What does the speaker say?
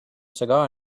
cigar